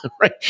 right